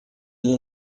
для